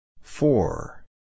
Four